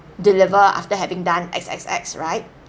deliver after having done X X X right